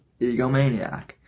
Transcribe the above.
egomaniac